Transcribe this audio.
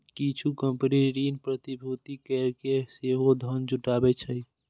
किछु कंपनी ऋण प्रतिभूति कैरके सेहो धन जुटाबै छै